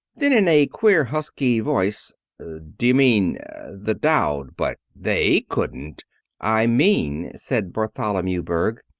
then, in a queer husky voice d'you mean the dowd but they couldn't i mean, said bartholomew berg,